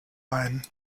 ein